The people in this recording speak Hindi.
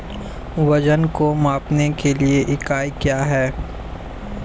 वजन को मापने के लिए इकाई क्या है?